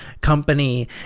company